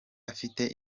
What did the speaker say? afite